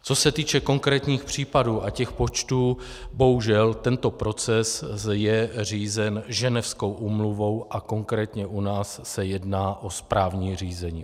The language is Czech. Co se týče konkrétních případů a těch počtů, bohužel tento proces je řízen Ženevskou úmluvou, a konkrétně u nás se jedná o správní řízení.